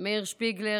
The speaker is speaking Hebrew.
מאיר שפיגלר,